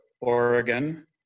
Oregon